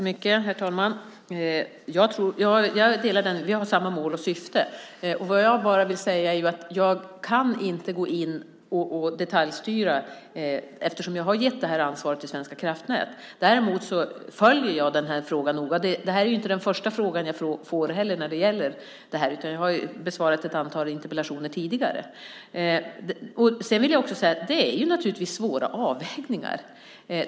Herr talman! Jag delar uppfattningen att vi har samma mål och syfte. Vad jag bara vill säga är att jag inte kan gå in och detaljstyra eftersom jag har gett det här ansvaret till Svenska kraftnät. Däremot följer jag den här frågan noga. Det här är ju inte heller den första fråga jag får när det gäller det här. Jag har besvarat ett antal interpellationer tidigare. Sedan vill jag också säga att det naturligtvis är svåra avvägningar.